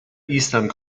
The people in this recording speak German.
eastern